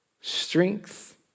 strength